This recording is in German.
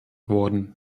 worden